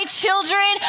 children